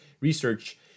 research